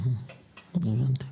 הבנתי.